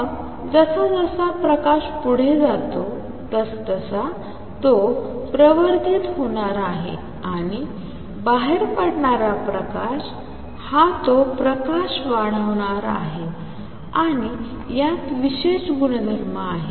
मग जसजसा प्रकाश पुढे मागे जातो तसतसा तो प्रवर्धित होणार आहे आणि बाहेर पडणारा प्रकाश हा तो प्रकाश वाढवणार आहे आणि यात विशेष गुणधर्म आहेत